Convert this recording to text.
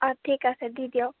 অঁ ঠিক আছে দি দিয়ক